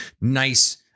nice